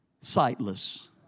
sightless